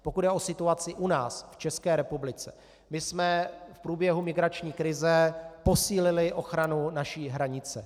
Pokud jde o situaci u nás, v České republice, my jsme v průběhu migrační krize posílili ochranu naší hranice.